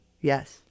Yes